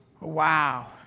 wow